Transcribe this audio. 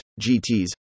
GTs